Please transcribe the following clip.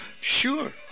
Sure